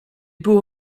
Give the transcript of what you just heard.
było